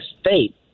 state